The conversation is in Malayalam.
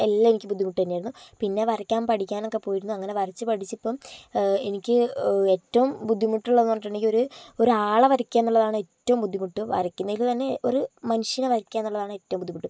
എല്ലാം എനിക്ക് ബുദ്ധിമുട്ട് തന്നെയായിരുന്നു പിന്നെ വരയ്ക്കാൻ പഠിക്കാനൊക്കെ പോയിരുന്നു അങ്ങനെ വരച്ച് പഠിച്ചപ്പം എനിക്ക് ഏറ്റവും ബുദ്ധിമുട്ടുള്ളതെന്ന് പറഞ്ഞിട്ടുണ്ടെങ്കി ഒര് ഒരാളെ വരക്കാന്നുള്ളതാണ് ഏറ്റവും ബുദ്ധിമുട്ട് വരക്കുന്നേല് തന്നെ ഒരു മനുഷ്യനെ വരാക്കാന്നുള്ളതാണ് ഏറ്റവും ബുദ്ധിമുട്ട്